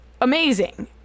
amazing